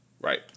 Right